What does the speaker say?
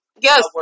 Yes